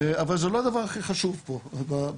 אבל זה לא הדבר הכי חשוב פה במערכת.